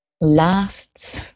lasts